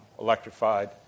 electrified